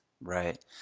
Right